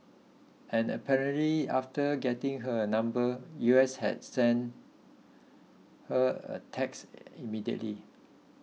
and apparently after getting her number U S had sent her a text immediately